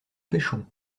pêchons